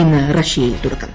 ഇന്ന് റഷ്യയിൽ തുടക്കം